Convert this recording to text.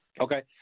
Okay